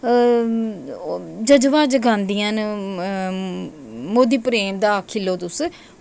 जजबा जगादियां न मोदी प्रेम दा आक्खी लैओ तुस